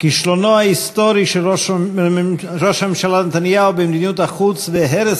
כישלונו ההיסטורי של ראש הממשלה נתניהו במדיניות החוץ והרס